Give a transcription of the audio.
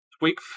Week